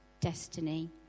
destiny